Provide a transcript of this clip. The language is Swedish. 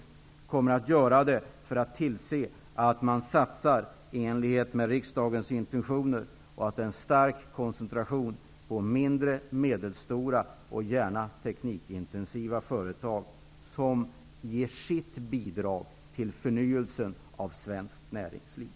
Vi kommer att tillse att man satsar i enlighet med riksdagens intentioner och med en stark koncentration på mindre och medelstora och gärna teknikintensiva företag, vilka ger sitt bidrag till förnyelsen av svenskt näringsliv.